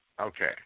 Okay